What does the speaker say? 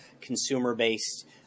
consumer-based